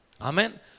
Amen